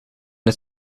het